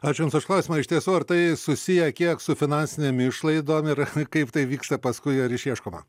ačiū jums už klausimą iš tiesų ar tai susiję kiek su finansinėm išlaidom ir kaip tai vyksta paskui ar išieškoma